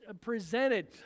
presented